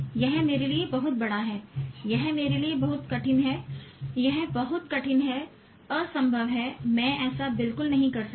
यह मेरे लिए बहुत बड़ा है यह मेरे लिए बहुत कठिन है यह बहुत कठिन है असंभव है मैं ऐसा बिल्कुल नहीं कर सकता